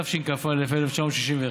התשכ"א 1961,